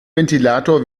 ventilator